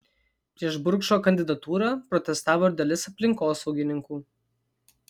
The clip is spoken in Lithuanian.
prieš burkšo kandidatūrą protestavo ir dalis aplinkosaugininkų